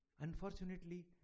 Unfortunately